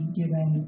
given